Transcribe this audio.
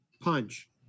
Punch